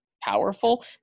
powerful